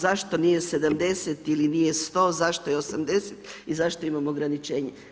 Zašto nije 70 ili nije 100, zašto je 80 i zašto imamo ograničenje?